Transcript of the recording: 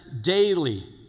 daily